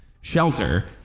shelter